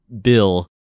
bill